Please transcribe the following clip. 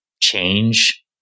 change